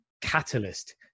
catalyst